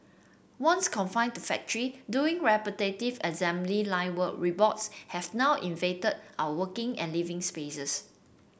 once confined to factories doing repetitive assembly line work robots have now invaded our working and living spaces